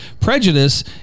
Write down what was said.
Prejudice